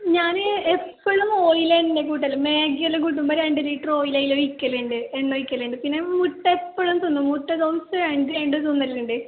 ഞാൻ എപ്പോഴും ഓയിൽ തന്നെ കൂട്ടൽ മാഗി എല്ലാം കൂട്ടുമ്പോൾ രണ്ട് ലിറ്റർ ഓയിൽ അതിൽ ഒഴിക്കലുണ്ട് എണ്ണ ഒഴിക്കലുണ്ട് പിന്നെ മുട്ട എപ്പോളും തിന്നും മുട്ട ദിവസം രണ്ട് രണ്ട് തിന്നലുണ്ട്